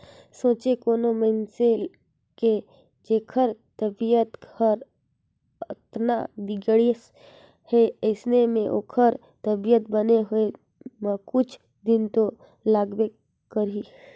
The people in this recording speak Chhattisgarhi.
सोंचे कोनो मइनसे के जेखर तबीयत हर अतना बिगड़िस हे अइसन में ओखर तबीयत बने होए म कुछ दिन तो लागबे करही